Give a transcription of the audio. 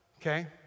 Okay